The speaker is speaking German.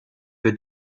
für